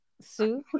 Sue